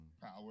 power